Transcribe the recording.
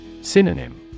Synonym